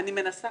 אני מנסה